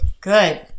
Good